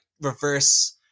reverse